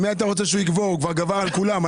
הוא כבר גבר על כולם...